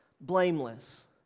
blameless